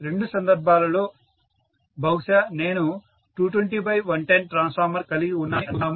రెండు సందర్భాలలో బహుశా నేను 220110 ట్రాన్స్ఫార్మర్ కలిగి ఉన్నానని అనుకుందాము